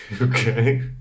okay